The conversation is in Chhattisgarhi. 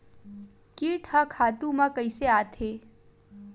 कीट ह खातु म कइसे आथे?